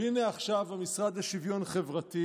והינה עכשיו המשרד לשוויון חברתי